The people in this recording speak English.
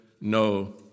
no